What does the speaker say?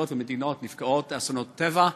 ומדינות שהן נפגעות אסונות טבע,